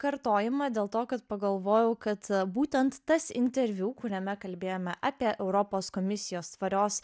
kartojimą dėl to kad pagalvojau kad būtent tas interviu kuriame kalbėjome apie europos komisijos tvarios